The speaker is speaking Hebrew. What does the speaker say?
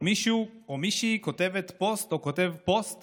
מישהו או מישהי כותבת פוסט או כותב פוסט